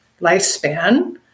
lifespan